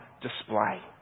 display